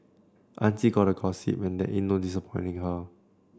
auntie gotta gossip when there in no her